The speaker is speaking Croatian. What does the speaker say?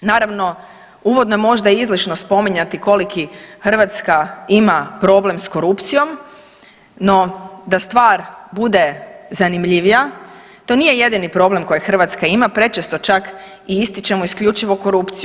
Naravno, uvodno je možda izlišno spominjati koliki Hrvatska ima problem s korupcijom, no da stvar bude zanimljivija to nije jedini problem koji Hrvatska ima, prečesto čak i ističemo isključivo korupciju.